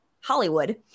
Hollywood